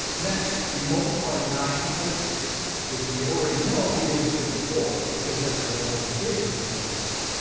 next, we multiply nine by six, which we already know will give us fifty four because that's what our multiplication table showed us.